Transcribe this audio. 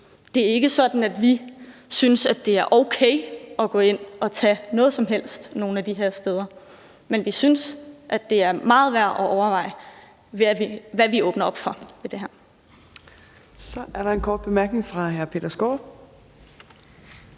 Det er ikke sådan, at vi synes, det er okay at gå ind og tage noget som helst på nogen af de her steder, men vi synes, det er meget værd at overveje, hvad vi åbner op for med det her. Kl. 13:41 Fjerde næstformand